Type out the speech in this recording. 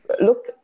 look